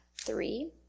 three